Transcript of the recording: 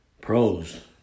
pros